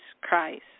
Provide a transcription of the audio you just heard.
Christ